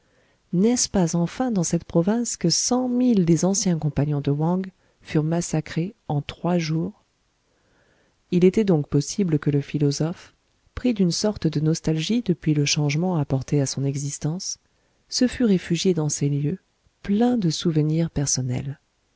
n'est-ce pas enfin dans cette province que cent mille des anciens compagnons de wang furent massacrés en trois jours il était donc possible que le philosophe pris d'une sorte de nostalgie depuis le changement apporté à son existence se fût réfugié dans ces lieux pleins de souvenirs personnels